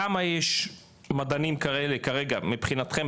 כמה מדענים כרגע יש מבחינתכם,